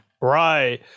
Right